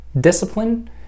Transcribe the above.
discipline